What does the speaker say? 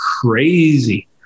crazy